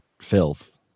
filth